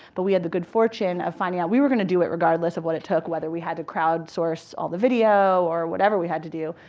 but we had the good fortune of finding out we were going to do it regardless of what it took, whether we had to crowdsource all the video or whatever we had to do.